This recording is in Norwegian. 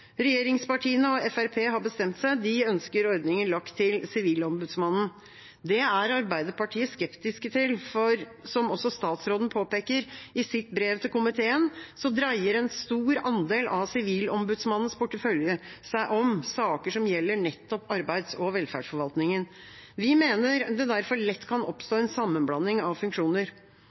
Regjeringspartiene og Fremskrittspartiet har bestemt seg. De ønsker ordningen lagt til Sivilombudsmannen. Det er Arbeiderpartiet skeptisk til, for, som også statsråden påpeker i sitt brev til komiteen, en stor andel av Sivilombudsmannens portefølje dreier seg om saker som gjelder nettopp arbeids- og velferdsforvaltningen. Vi mener det derfor lett kan oppstå en sammenblanding av funksjoner.